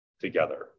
together